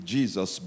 Jesus